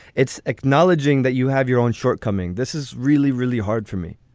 it's acknowledging that you have your own shortcoming. this is really, really hard for me